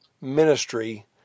ministry